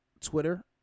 Twitter